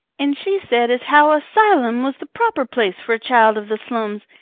and she said as how a sylum was the proper place for a child of the slums,